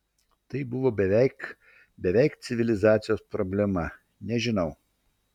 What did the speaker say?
tai buvo beveik beveik civilizacijos problema nežinau